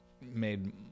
made